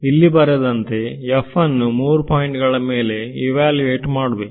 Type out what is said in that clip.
ನಾನು ಇಲ್ಲಿ ಬರೆದಂತೆ ಅನ್ನು ಮೂರು ಪಾಯಿಂಟ್ ಗಳ ಮೇಲೆ ಇವಾಲುವೇಟ್ ಮಾಡುವೆ